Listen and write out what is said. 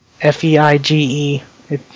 F-E-I-G-E